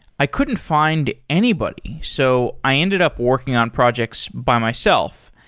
i couldn't find anybody. so, i ended up working on projects by myself.